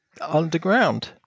underground